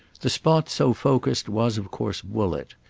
the spot so focussed was of course woollett,